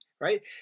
right